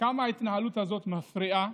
כמה ההתנהלות הזאת מפריעה,